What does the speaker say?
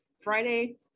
friday